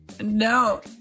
No